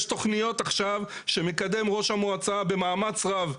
יש תכניות שמקדם עכשיו ראש המועצה במאמץ רב,